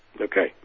Okay